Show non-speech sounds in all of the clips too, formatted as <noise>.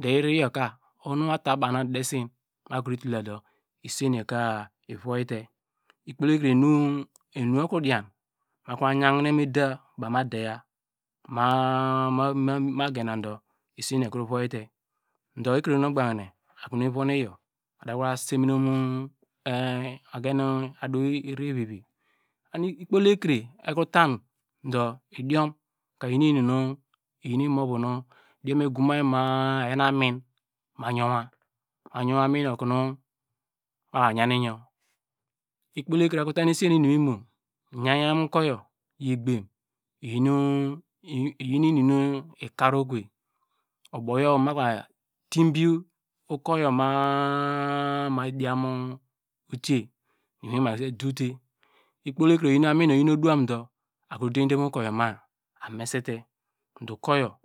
Do iri yorka oho ma ta baw nu udesen ma kro yituladu isen yorka ivoyite ikpoi ekre enu okridian ma va yihine ida baw ma deya <hesitation> esenu ikri voyite do ekre nu ogbanke akro von iyor ava. a semine mu adu iri vivi ikpoi ekre ekrota do udiom mi gumi ma- a ayinu aminiyo okonu maya yan iyo ikpo ekre akrote esiyo nu inum imu yiya ukur yor yi gbam iyinu inun nu ikra okeve uboyo ma yedi ukur yo ma- a mayi dian mutaye ikpoekre oyi amin oyin idiomdu akro diande mu ivom ukur amesete do ukur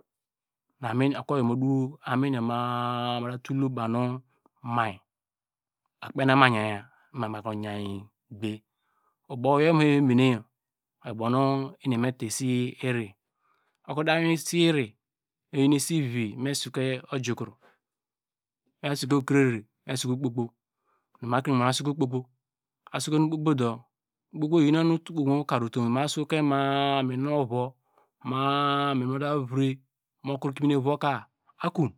mu dow amin yor ma- a mutatul bu nu mi akpen okoma yiya ma makro yiyi gbe uboyo nu me me ne yor oyor ubownu eni eya meta esi iri ekro dar esi iri oyin esi vivi me soke ojukro me soke okrere me soke okpo kpo mesoke okpo kpo asoke nu okpo kpo do okpo kpo oyi unu mu kar utum ma soke mia- a amin mu vowo ma amin nuta vre mu kre kinurie vowo ka akon.